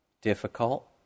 Difficult